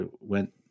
went